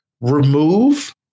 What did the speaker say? remove